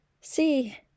see